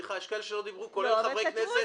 סליחה, יש כאלה שלא דיברו, כולל חברי כנסת.